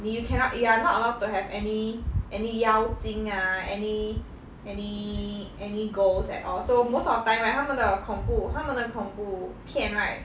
你 you cannot you are not allowed to have any any 妖精 ah any any any ghost at all so most of the time right 他们的恐怖他们的恐怖片 right